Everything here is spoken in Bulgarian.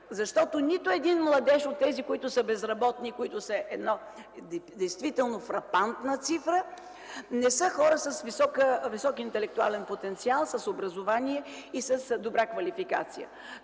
Нито един младеж от тези, които са безработни – действително фрапантна цифра, не е с висок интелектуален потенциал, с образование и с добра квалификация.